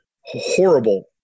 horrible